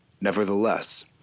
Nevertheless